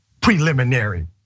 preliminary